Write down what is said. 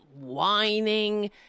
whining